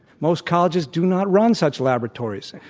most colleges do not run such laboratories and